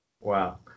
Wow